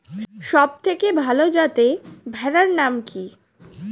সবথেকে ভালো যাতে ভেড়ার নাম কি?